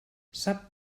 sap